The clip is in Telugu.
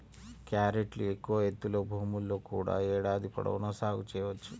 క్యారెట్ను ఎక్కువ ఎత్తులో భూముల్లో కూడా ఏడాది పొడవునా సాగు చేయవచ్చు